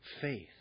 faith